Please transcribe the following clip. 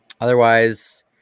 otherwise